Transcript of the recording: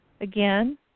again